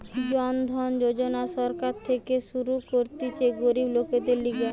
জন ধন যোজনা সরকার থেকে শুরু করতিছে গরিব লোকদের লিগে